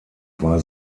war